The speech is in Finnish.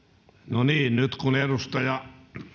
no niin nyt kun edustaja